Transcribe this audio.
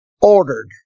ordered